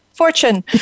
Fortune